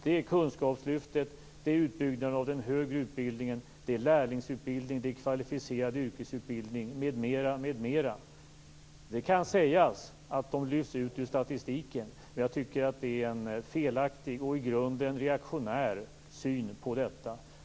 Det handlar om kunskapslyftet, utbyggnaden av den högre utbildningen, lärlingsutbildningen, den kvalificerade yrkesutbildningen m.m., m.m. Det kan sägas att de lyfts ut ur statistiken, men jag tycker att det är en felaktig och i grunden reaktionär syn på detta.